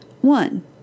One